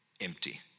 empty